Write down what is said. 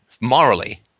morally